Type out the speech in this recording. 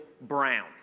Brown